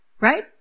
right